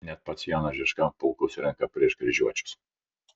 net pats janas žižka pulkus renka prieš kryžiuočius